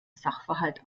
sachverhalt